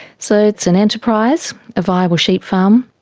so it's an enterprise, a viable sheep farm,